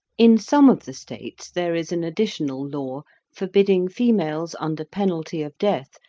in some of the states there is an additional law forbidding females, under penalty of death,